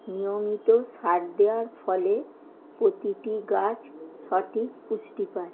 নিয়মিত সার দেওয়ার ফলে প্রতিটি গাছ সঠিক পুষ্টি পায়